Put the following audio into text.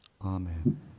Amen